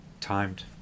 timed